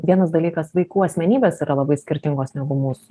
vienas dalykas vaikų asmenybės yra labai skirtingos negu mūsų